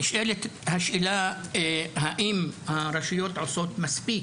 נשאלת השאלה האם הרשויות עושות מספיק